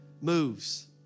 moves